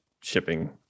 shipping